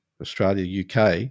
Australia-UK